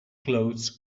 clothes